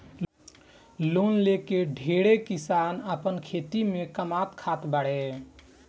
loan लेके ढेरे किसान आपन खेती से कामात खात बाड़े